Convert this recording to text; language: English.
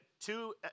two